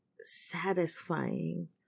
satisfying